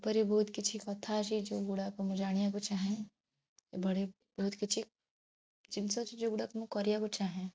ଏପରି ବହୁତ କିଛି କଥା ଅଛି ଯେଉଁଗୁଡ଼ାକ ମୁଁ ଜାଣିବାକୁ ଚାହେଁ ଏଭଳି ବହୁତ କିଛି ଜିନିଷ ଅଛି ଯେଉଁଗୁଡ଼ାକ ମୁଁ କରିବାକୁ ଚାହେଁ